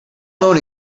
known